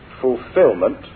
fulfillment